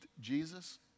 Jesus